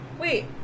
Wait